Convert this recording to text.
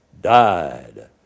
died